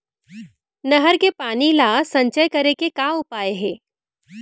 नहर के पानी ला संचय करे के का उपाय हे?